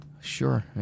Sure